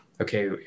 okay